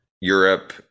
Europe